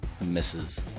Misses